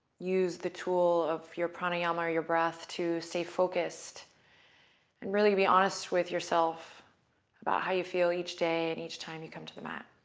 use the tool of your pranayama or your breath to stay focused and really be honest with yourself about how you feel each day and each time you come to the mat.